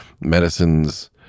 Medicines